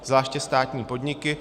Zvláště státní podniky.